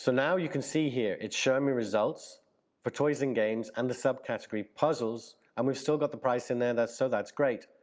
so now you can see here, it's showing me results for toys and games and the subcategory puzzles and we've still got the price in there, so that's great.